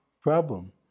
problem